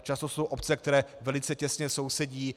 Často jsou obce, které velice těsně sousedí.